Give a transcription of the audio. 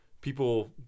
people